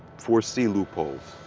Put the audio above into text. foresee loopholes.